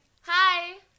Hi